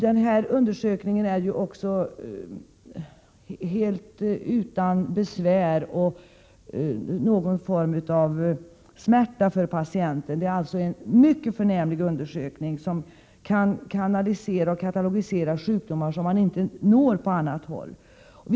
Denna undersökning kan ju också ske helt utan någon form av besvär eller smärta för patienten. Det är alltså en mycket förnämlig undersökningsmetod, som kan kanalisera och katalogisera sjukdomar på ett sätt som man inte kan göra med någon annan metod.